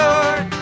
Lord